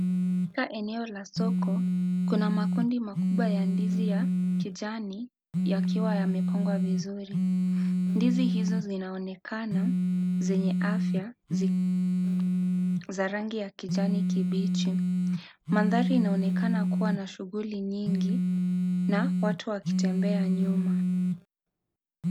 Katika eneo la soko, kuna makundi makubwa ya ndizi ya kijani yakiwa yamepangwa vizuri. Ndizi hizo zinaonekana zenye afya za rangi ya kijani kibichi. Mandhari inaonekana kuwa na shuguli nyingi na watu wakitembea nyuma.